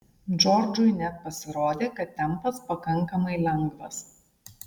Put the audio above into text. džordžui net pasirodė kad tempas pakankamai lengvas